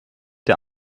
der